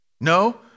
No